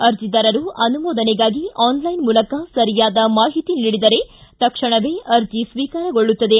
ಅರ್ಜಿದಾರರು ಅನುಮೋದನೆಗಾಗಿ ಆನ್ಲೈನ್ ಮೂಲಕ ಸರಿಯಾದ ಮಾಹಿತಿ ನೀಡಿದರೆ ತಕ್ಷಣವೇ ಅರ್ಜಿ ಸ್ವೀಕಾರಗೊಳ್ಳುತ್ತದೆ